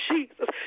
Jesus